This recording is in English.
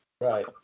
Right